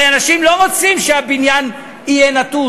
הרי אנשים לא רוצים שהבניין יהיה נטוש,